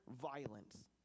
violence